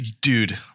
dude